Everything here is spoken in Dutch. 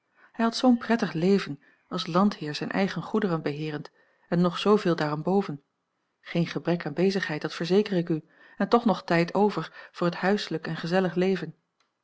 hij had zoo'n prettig leven als landheer zijn eigen goederen beheerend en nog zooveel daarenboven geen gebrek aan bezigheid dat verzeker ik u en toch nog tijd over voor het huislijk en gezellig leven